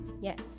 Yes